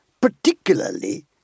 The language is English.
particularly